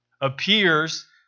appears